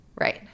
Right